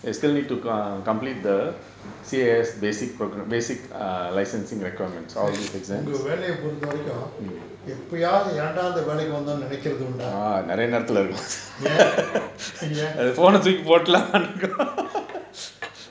உங்க வேலைய பொருத்த வரைக்கும் எப்பயாவது ஏன்டா இந்த வேலைக்கு வந்தொன்னு நெனைக்குறதுண்டா ஏன் ஏன்:unga velaiya porutha varaikkum eppayaavathu yenda intha velaikku vanthonnu nenaikkurathundaa yaen yaen